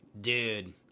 Dude